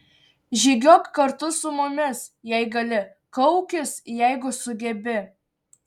žygiuok kartu su mumis jei gali kaukis jeigu sugebi